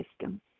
system